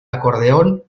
acordeón